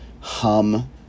hum